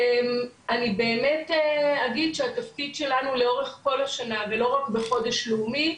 אני באמת אגיד שהתפקיד שלנו לאורך כל השנה ולא רק בחודש לאומי,